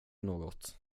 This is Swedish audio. något